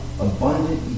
Abundant